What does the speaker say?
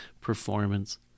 performance